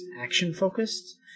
action-focused